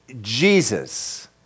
Jesus